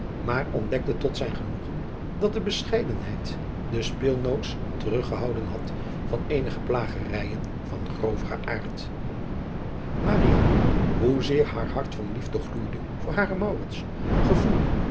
maar ontdekte tot zijn genoegen dat de bescheidenheid de speelnoots teruggehouden had van eenige plagerijen van groveren aard hoe zeer haar hart van liefde gloeide voor haren gevoelde